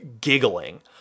giggling